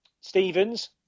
stevens